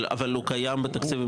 אבל הוא קיים בתקציב?